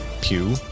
Pew